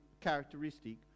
characteristic